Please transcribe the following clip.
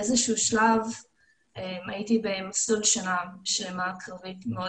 באיזה שהוא שלב הייתי במסלול קרבי שנה שלמה מאוד